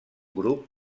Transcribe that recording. grup